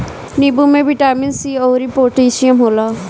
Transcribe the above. नींबू में vitamin C अउरी पोटैशियम होला